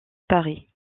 paris